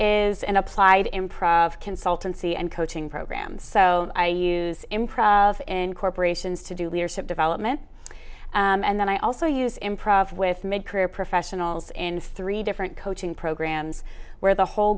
is an applied improv consultancy and coaching program so i use improv in corporations to do leadership development and then i also use improv with make career professionals in three different coaching programs where the whole